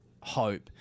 hope